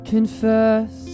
confess